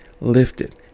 lifted